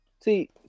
See